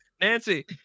Nancy